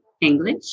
English